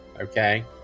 okay